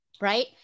Right